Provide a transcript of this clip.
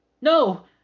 no